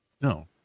no